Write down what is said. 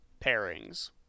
pairings